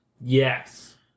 Yes